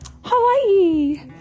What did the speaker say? Hawaii